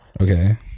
Okay